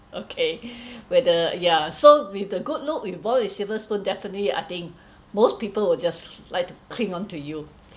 okay whether ya so with the good look you born with silver spoon definitely I think most people will just like to cling onto you